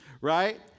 right